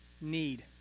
need